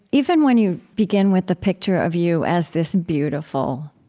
even when you begin with the picture of you as this beautiful,